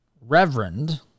Reverend